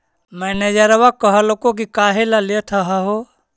मैनेजरवा कहलको कि काहेला लेथ हहो?